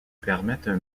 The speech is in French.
permettent